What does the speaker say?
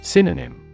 Synonym